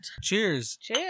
Cheers